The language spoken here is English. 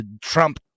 Trump